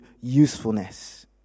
usefulness